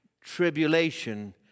tribulation